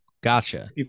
gotcha